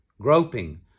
groping